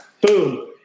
Boom